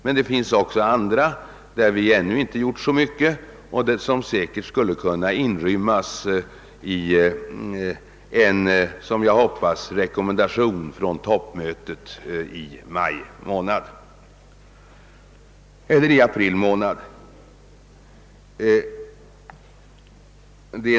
Men det finns också andra områden där vi ännu inte gjort så mycket och som, vilket jag hoppas, skulle kunna inrymmas i en rekommendation från toppmötet i april månad.